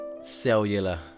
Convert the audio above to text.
cellular